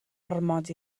ormod